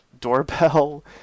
doorbell